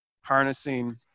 harnessing